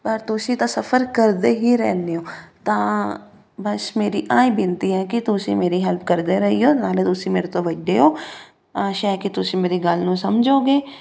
ਪਰ ਤੁਸੀਂ ਤਾਂ ਸਫਰ ਕਰਦੇ ਹੀ ਰਹਿੰਦੇ ਹੋ ਤਾਂ ਬਸ ਮੇਰੀ ਇਹੀ ਬੇਨਤੀ ਹੈ ਕਿ ਤੁਸੀਂ ਮੇਰੀ ਹੈਲਪ ਕਰਦੇ ਰਹੀਓ ਨਾਲੇ ਤੁਸੀਂ ਮੇਰੇ ਤੋਂ ਵੱਡੇ ਹੋ ਆਸ਼ਾ ਹੈ ਕਿ ਤੁਸੀਂ ਮੇਰੀ ਗੱਲ ਨੂੰ ਸਮਝੋਗੇ